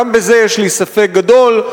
גם בזה יש לי ספק גדול.